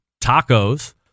tacos